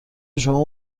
شما